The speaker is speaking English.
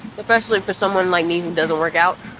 especially for someone like me who doesn't work out,